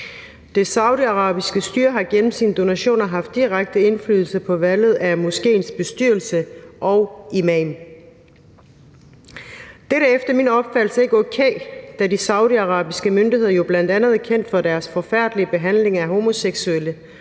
Det saudiarabiske styre har igennem sine donationer haft direkte indflydelse på valget af moskéens bestyrelse og imam. Det er efter min opfattelse ikke okay, da de saudiarabiske myndigheder jo bl.a. er kendt for deres forfærdelige behandling af homoseksuelle